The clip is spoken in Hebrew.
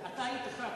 אתה היית ח"כ,